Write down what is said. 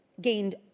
gained